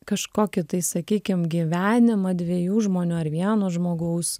kažkokį tai sakykim gyvenimą dviejų žmonių ar vieno žmogaus